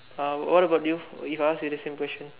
uh what about you if I ask you the same question